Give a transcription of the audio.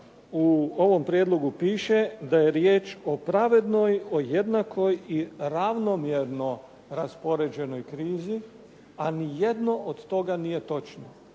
u ovom prijedlogu piše da je riječ o pravednoj, o jednakoj i ravnomjerno raspoređenoj krizi a nijedno od toga nije točno.